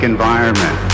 environment